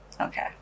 Okay